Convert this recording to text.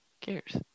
cares